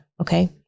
Okay